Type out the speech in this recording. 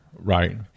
right